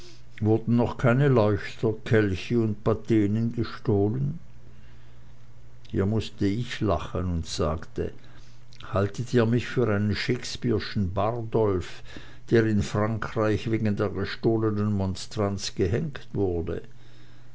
wurden noch keine leuchter kelche und patenen gestohlen hier mußte ich lachen und sagte haltet ihr mich für einen shakespeareschen bardolph der in frankreich wegen der gestohlenen monstranz gehängt wurde